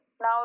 now